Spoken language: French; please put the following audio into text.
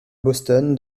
boston